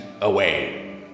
away